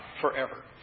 forever